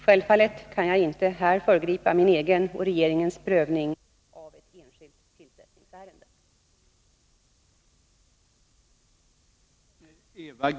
Självfallet kan jag inte här föregripa min egen och regeringens prövning av ett enskilt tillsättningsärende.